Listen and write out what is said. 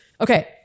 Okay